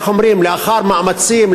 לאחר מאמצים,